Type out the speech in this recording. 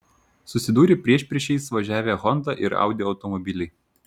susidūrė priešpriešiais važiavę honda ir audi automobiliai